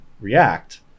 react